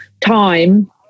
time